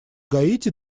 гаити